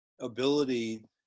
ability